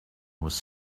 was